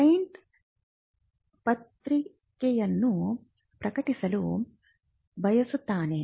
client ಪತ್ರಿಕೆಯನ್ನು ಪ್ರಕಟಿಸಲು ಬಯಸುತ್ತಾನೆ